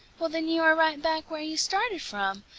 well, then you are right back where you started from,